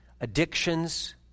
addictions